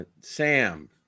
Sam